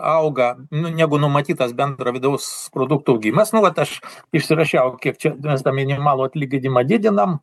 auga nu negu numatytas bendro vidaus produkto augimas nu vat aš išsirašiau kiek čia mes tą minimalų atlyginimą didinam